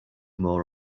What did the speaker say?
more